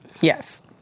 Yes